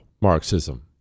Marxism